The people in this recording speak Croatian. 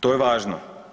To je važno.